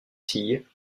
filles